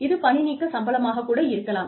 இது பணிநீக்க சம்பளமாக கூட இருக்கலாம்